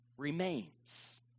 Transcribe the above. remains